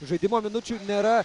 žaidimo minučių nėra